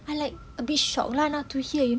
I like a bit shock lah now to hear you